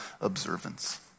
observance